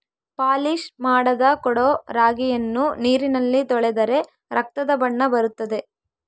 polish ಮಾಡದ ಕೊಡೊ ರಾಗಿಯನ್ನು ನೀರಿನಲ್ಲಿ ತೊಳೆದರೆ ರಕ್ತದ ಬಣ್ಣ ಬರುತ್ತದೆ